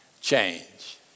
change